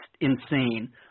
insane